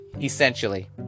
essentially